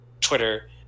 Twitter